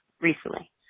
recently